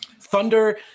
Thunder –